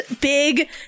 big